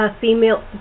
female